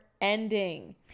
ending